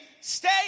Stay